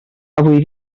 avui